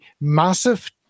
massive